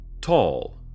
tall